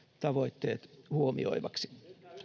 tavoitteet huomioivaksi